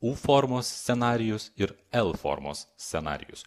u formos scenarijus ir el formos scenarijus